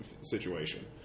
situation